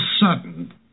sudden